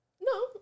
No